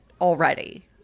already